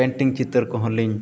painting ᱪᱤᱛᱟᱹᱨ ᱠᱚᱦᱚᱸᱞᱤᱝ